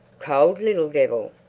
cold little devil!